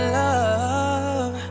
love